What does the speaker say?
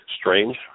strange